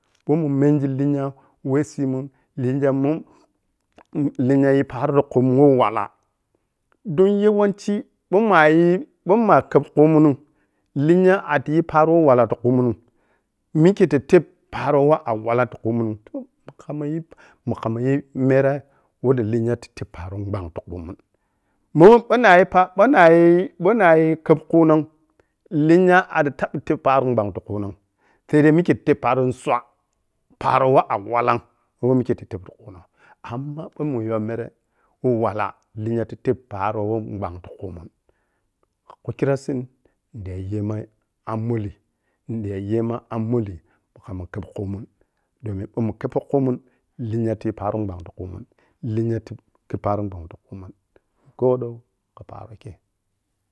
Ɓou munmenji lenya weisimun lenya mun lenya yi paro ti khumun wei wala don yawanci ɓou mah yi bou ma kheb chumun’m lenya a’tiyi paro min wala ti chumun’m mikke ta teb paro woh awala’m tu khumun’m toh khammayi mun khamma yi mere woh dii lenya ti teb parom gbang tu khu mun ɓou neh narra’a ɓou nayi kheb khunong lenya arri taɓi teb paro’n gbang tu khunong saidai mikkei tah teb paro tsua, paro weh a'walla’m woh mikke ta teb tu khu noh amma ɓou mun yow mere woh wale lenya tah teb paro woh bang tukhumen kukrasin munƌan ye ma ammolli mundiya ye’ma-ammollii khamma kheb khuowe domin ɓou mun khebpo khumun lenya tiyi paron ɓang tu khumun lenya tiyi paro ɓang tu khumun ko ƌou kha pare kei